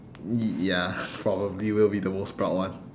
y~ ya probably will be the most proud one